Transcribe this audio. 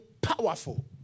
powerful